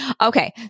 Okay